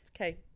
Okay